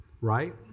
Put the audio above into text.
Right